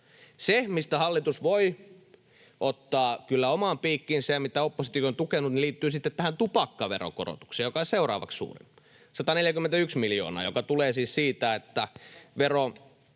Se, mistä hallitus voi ottaa kyllä omaan piikkiinsä ja mitä oppositiokin on tukenut, liittyy sitten tähän tupakkaveron korotukseen, joka on seuraavaksi suurin: 141 miljoonaa, joka tulee siis siitä, että vero